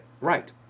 Right